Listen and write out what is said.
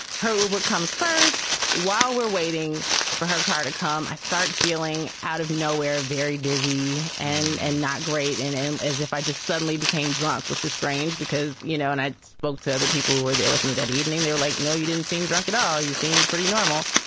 comes first while we're waiting for her car to come, i start feeling out of nowhere, very dizzy and and not great. and and as if i just suddenly became drunk, which was strange because, you know, and i spoke to other people who were there with me that evening, they were like, no, you didn't seem drunk at all. you seemed pretty normal.